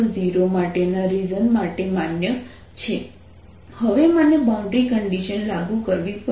E 14π0 q2 yjzk diy2z2d232 for x≤0 હવે મને boundary condition લાગુ કરવી પડી